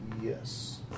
Yes